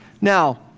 Now